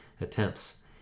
attempts